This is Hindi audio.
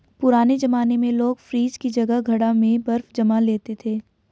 पुराने जमाने में लोग फ्रिज की जगह घड़ा में बर्फ जमा लेते थे